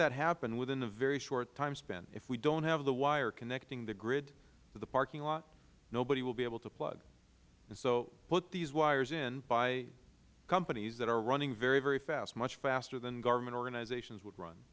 that happen within a very short time span if we don't have the wire connecting the grid to the parking lot nobody will be able to plug and so put these wires in by companies that are running very very fast much faster than government organizations would run